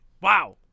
Wow